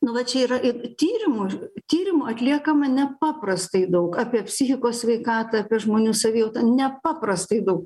nu va čia yra ir tyrimų tyrimų atliekama nepaprastai daug apie psichikos sveikatą apie žmonių savijautą nepaprastai daug